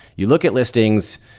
you look at listings,